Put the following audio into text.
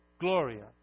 Gloria